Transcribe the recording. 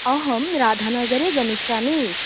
अहं राधानगरे गमिष्यामि